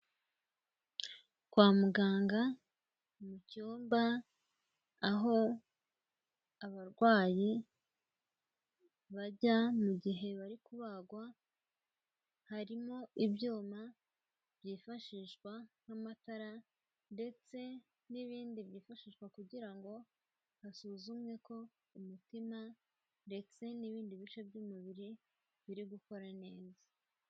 Kwa muganga mu cyumba, aho abarwayi bajya mu gihe bari kubagwa, harimo ibyuma byifashishwa nk'amatara ndetse n'ibindi byifashishwa kugira ngo hasuzumwe ko umutima ndetse n'ibindi bice by'umubiri, biri gukora neza.